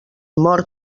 mor